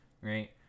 right